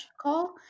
call